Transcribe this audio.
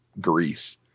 Greece